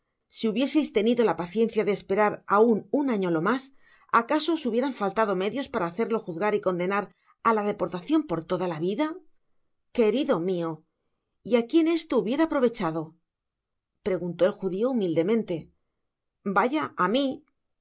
si hubieseis tenido la paciencia de esperar aun un año lo mas acaso os hubieran faltado medios para hacerlo juzgar y condenar á la deportacion por toda la vida querido mio y á quién esto hubiera aprovechado preguntó el judio humildemente vaya a mi